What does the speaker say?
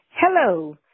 Hello